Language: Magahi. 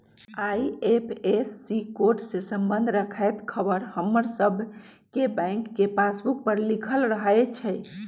आई.एफ.एस.सी कोड से संबंध रखैत ख़बर हमर सभके बैंक के पासबुक पर लिखल रहै छइ